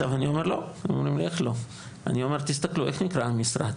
אני אומר לא, תסתכלו איך נקרא המשרד.